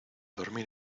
dormir